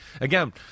Again